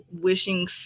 wishing